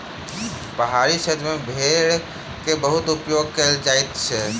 पहाड़ी क्षेत्र में भेड़ के बहुत उपयोग कयल जाइत अछि